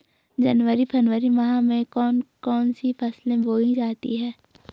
जनवरी फरवरी माह में कौन कौन सी फसलें बोई जाती हैं?